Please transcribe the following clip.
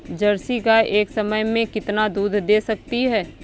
Jersey गाय एक समय में कितना दूध दे सकती है?